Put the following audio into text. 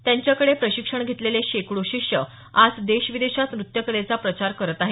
त्यांच्याकडे प्रशिक्षण घेतलेले शेकडो शिष्य आज देश विदेशात नृत्य कलेचा प्रचार करत आहेत